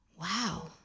wow